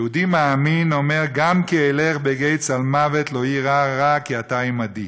יהודי מאמין אומר: "גם כי אלך בגיא צלמות לא אירא רע כי אתה עמדי".